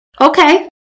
Okay